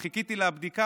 חיכיתי לבדיקה,